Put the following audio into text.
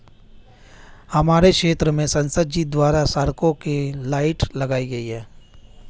हमारे क्षेत्र में संसद जी द्वारा सड़कों के लाइट लगाई गई